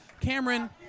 Cameron